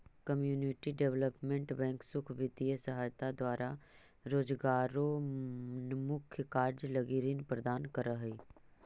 community development bank सुख वित्तीय सहायता द्वारा रोजगारोन्मुख कार्य लगी ऋण प्रदान करऽ हइ